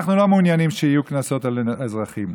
אנחנו לא מעוניינים שיהיו קנסות על אזרחים.